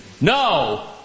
No